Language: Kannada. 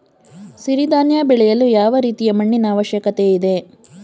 ಸಿರಿ ಧಾನ್ಯ ಬೆಳೆಯಲು ಯಾವ ರೀತಿಯ ಮಣ್ಣಿನ ಅವಶ್ಯಕತೆ ಇದೆ?